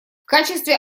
качестве